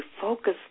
focus